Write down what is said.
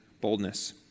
boldness